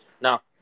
Now